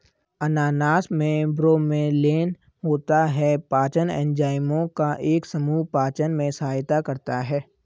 अनानास में ब्रोमेलैन होता है, पाचन एंजाइमों का एक समूह पाचन में सहायता करता है